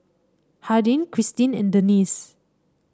Hardin Krystin and Dennis